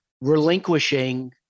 relinquishing